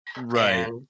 right